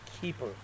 keeper